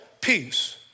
peace